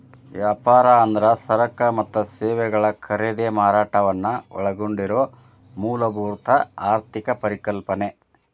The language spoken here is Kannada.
ವ್ಯಾಪಾರ ಅಂದ್ರ ಸರಕ ಮತ್ತ ಸೇವೆಗಳ ಖರೇದಿ ಮಾರಾಟವನ್ನ ಒಳಗೊಂಡಿರೊ ಮೂಲಭೂತ ಆರ್ಥಿಕ ಪರಿಕಲ್ಪನೆ